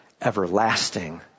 everlasting